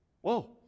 Whoa